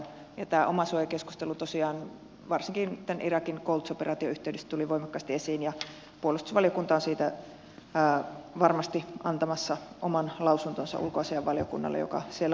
tämä omasuojakeskustelu tosiaan varsinkin tämän irakin koulutusoperaation yhteydessä tuli voimakkaasti esiin ja puolustusvaliokunta on siitä varmasti antamassa ulkoasiainvaliokunnalle oman lausuntonsa joka siellä otetaan huomioon